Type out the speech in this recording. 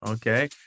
Okay